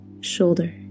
shoulder